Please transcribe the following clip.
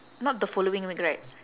not the following week right